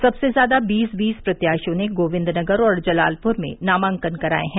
सबसे ज्यादा बीस बीस प्रत्याशियों ने गोविन्दनगर और जलालपुर में नामांकन कराये हैं